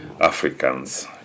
Africans